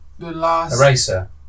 Eraser